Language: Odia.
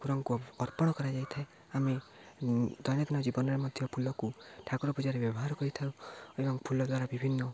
ଠାକୁରଙ୍କୁ ଅର୍ପଣ କରାଯାଇଥାଏ ଆମେ ଦୈନନ୍ଦିନ ଜୀବନରେ ମଧ୍ୟ ଫୁଲକୁ ଠାକୁର ପୂଜାରେ ବ୍ୟବହାର କରିଥାଉ ଏବଂ ଫୁଲ ଦ୍ୱାରା ବିଭିନ୍ନ